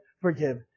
forgive